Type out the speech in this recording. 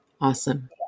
awesome